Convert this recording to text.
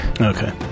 Okay